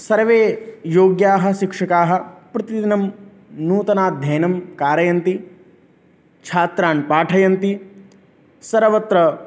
सर्वे योग्याः शिक्षकाः प्रतिदिनं नूतनाध्ययनं कारयन्ति छात्रान् पाठयन्ति सर्वत्र